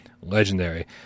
Legendary